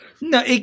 No